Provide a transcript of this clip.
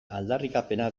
aldarrikapena